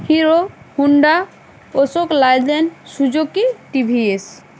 hero Honda Ashok Leyland Suzuki TVS